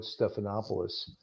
Stephanopoulos